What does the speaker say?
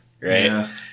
right